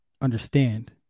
understand